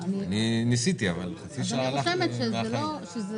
אז אני מודיע לך שהוא לא מקבל את זה,